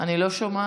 אני לא שומעת.